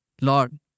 Lord